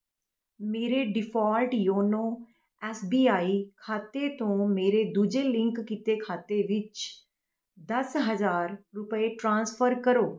ਮੇਰੇ default YONO S B I ਖਾਤੇ ਤੋਂ ਮੇਰੇ ਦੂਜੇ ਲਿੰਕ ਕੀਤੇ ਖਾਤੇ ਵਿੱਚ ਦਸ ਹਜ਼ਾਰ ਰੁਪਏ ਟ੍ਰਾਂਸਫਰ ਕਰੋ